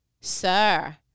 sir